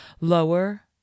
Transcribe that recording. Lower